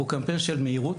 הוא קמפיין של מהירות,